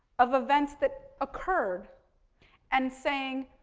of events that occurred and saying